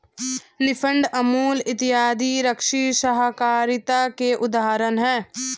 नेफेड, अमूल इत्यादि कृषि सहकारिता के उदाहरण हैं